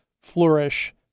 flourish